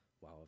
Wow